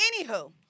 Anywho